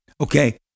okay